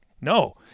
No